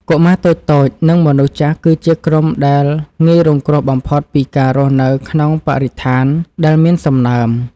កុមារតូចៗ និងមនុស្សចាស់គឺជាក្រុមដែលងាយរងគ្រោះបំផុតពីការរស់នៅក្នុងបរិស្ថានដែលមានសំណើម។